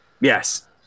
Yes